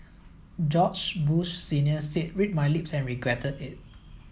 George Bush Senior said read my lips and regretted it